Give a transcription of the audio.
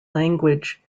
language